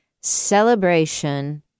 celebration